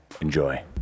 Enjoy